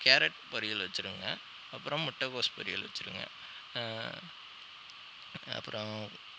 carrot பொரியல் வச்சுருங்க அப்பறம் முட்டைக்கோஸ் பொரியல் வச்சுருங்க அப்பறம்